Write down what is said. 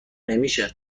نمیشه